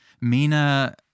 Mina